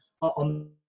on